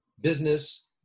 business